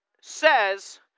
says